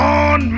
on